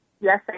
Yes